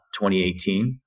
2018